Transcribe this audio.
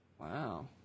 Wow